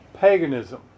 Paganism